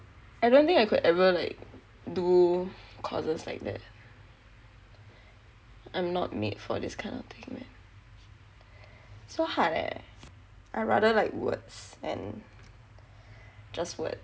I don't think I could ever like do courses like that I'm not made for this kind of thing man so hard eh I rather write words and just words